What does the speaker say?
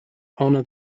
honor